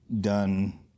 done